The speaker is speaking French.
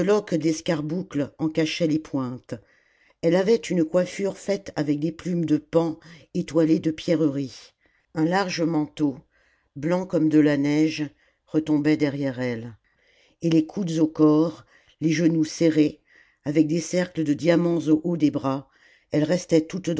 d'escarboucles en cachaient les pointes elle avait une coiffure faite avec des plumes de paon étoilées de pierreries un large manteau blanc comme de la neige retombait derrière elfe et les coudes au corps les genoux serrés avec des cercles de diamants au haut des bras elle restait toute